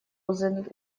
узаконить